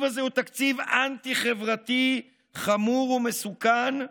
הזה הוא תקציב אנטי-חברתי חמור ומסוכן,